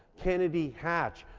kennedy-hatch,